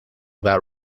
that